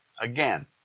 Again